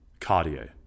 cardio